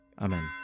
Amen